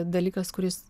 dalykas kuris